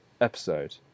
episode